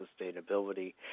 sustainability